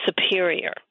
superior